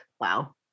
Wow